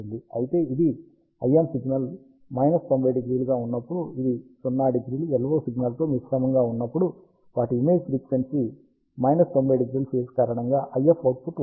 అయితే ఇది IM signal 90° గా ఉన్నప్పుడుఇది 0° LO సిగ్నల్ తో మిశ్రమంగా ఉన్నప్పుడు వాటి ఇమేజ్ ఫ్రీక్వెన్సీ 90° ఫేజ్ కారణంగా IF అవుట్ పుట్ వస్తుంది